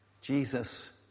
Jesus